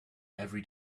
every